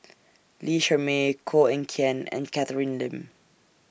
Lee Shermay Koh Eng Kian and Catherine Lim